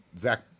Zach